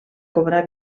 cobrar